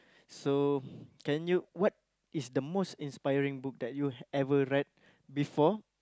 so can you what is the most inspiring book that you ever read before